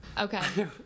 okay